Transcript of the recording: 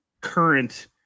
current